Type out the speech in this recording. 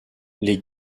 les